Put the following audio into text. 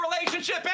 relationship